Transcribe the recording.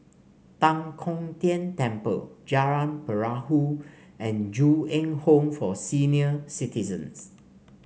Tan Kong Tian Temple Jalan Perahu and Ju Eng Home for Senior Citizens